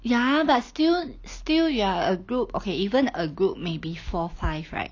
ya but still still you are a group okay even a group may be four five right